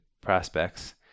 prospects